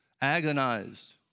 agonized